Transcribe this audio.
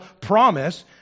promise